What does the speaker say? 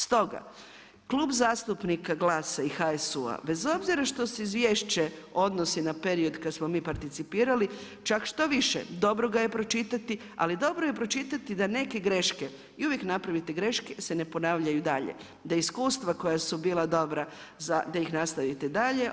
Stoga Klub zastupnika GLAS-a i HSU-a bez obzira što se izvješće odnosi na period kad smo mi participirali, čak štoviše dobro ga je pročitati, ali dobro je pročitati da neke greške i uvijek napravite greške se ne ponavljaju i dalje, da iskustva koja su bila dobra da ih nastavite dalje.